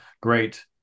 great